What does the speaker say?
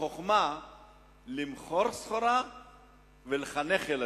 החוכמה למכור סחורה ולחנך ילדים.